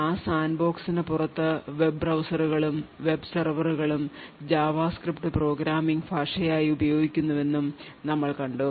ആ സാൻഡ്ബോക്സിന് പുറത്ത് വെബ് ബ്രൌസറുകളും വെബ് സെർവറുകളും ജാവാസ്ക്രിപ്റ്റ് പ്രോഗ്രാമിംഗ് ഭാഷയായി ഉപയോഗിക്കുന്നുവെന്നും നമ്മൾ കണ്ടു